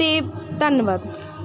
ਅਤੇ ਧੰਨਵਾਦ